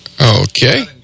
Okay